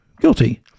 guilty